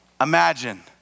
Imagine